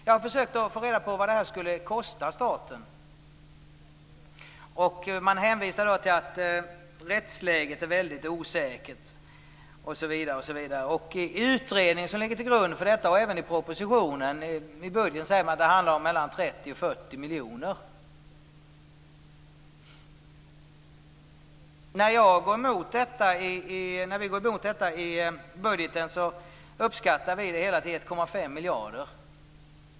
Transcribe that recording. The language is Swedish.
Jag har försökt att få reda på vad det här skulle kosta staten, och man hänvisar då till att rättsläget är väldigt osäkert osv. I den utredning som ligger till grund för förslaget och även i budgetpropositionen säger man att det handlar om mellan 30 När vi gick emot detta i budgetsammanhang uppskattade vi kostnaden till 1,5 miljarder.